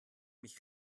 mich